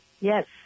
Yes